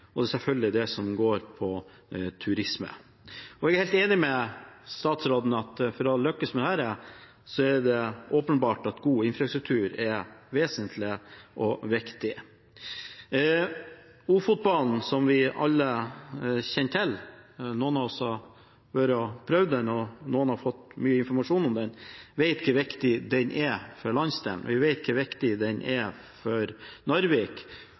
i Nord-Norge. Og selvfølgelig er turisme viktig. Jeg er helt enig med statsråden i at for å lykkes med dette er det åpenbart at god infrastruktur er vesentlig og viktig. Vi vet hvor viktig Ofotbanen, som vi alle kjenner til – noen av oss har prøvd den, og noen har fått mye informasjon om den – er for landsdelen, vi vet hvor viktig den er for Narvik, og vi vet hvor viktig den er